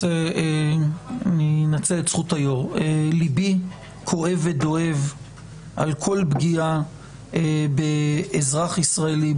אני אנצל את זכות היו"ר: ליבי כואב ודואב על כל פגיעה באזרח ישראלי,